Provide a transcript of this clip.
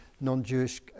non-Jewish